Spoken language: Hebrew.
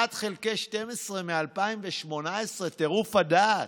תקציב המשכי, 1 חלקי 12, מ-2018, טירוף הדעת.